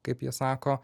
kaip jie sako